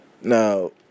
Now